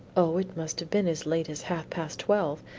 o, it must have been as late as half-past twelve.